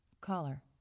Caller